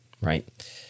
right